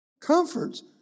Comforts